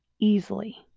easily